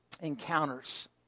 encounters